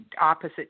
opposite